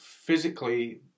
physically